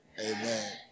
Amen